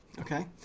Okay